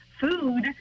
food